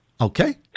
Okay